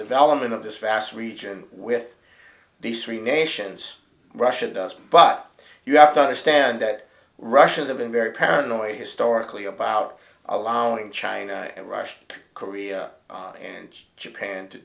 development of this vast region with these three nations russia doesn't but you have to understand that russians have been very paranoid historically about allowing china and russia korea and japan to